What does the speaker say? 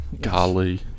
Golly